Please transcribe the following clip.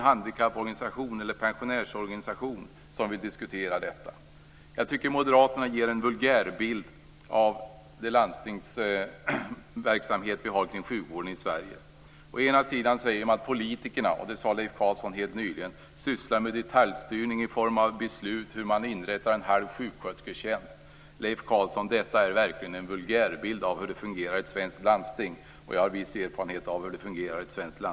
Jag tycker att Moderaterna ger en vulgärbild av den landstingsverksamhet vi har kring sjukvården i Sverige. Å ena sidan säger de att politikerna - Leif Carlson sade det helt nyligen - sysslar med detaljstyrning i form av beslut om hur man inrättar en halv sjukskötersketjänst. Leif Carlson! Detta är verkligen en vulgärbild av hur det fungerar i ett svenskt landsting. Jag har viss erfarenhet av hur det fungerar där.